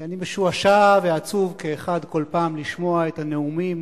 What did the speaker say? אני משועשע ועצוב כאחד כל פעם לשמוע את הנאומים,